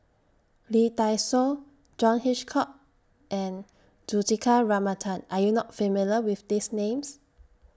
Lee Dai Soh John Hitchcock and Juthika Ramanathan Are YOU not familiar with These Names